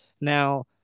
Now